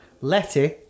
Letty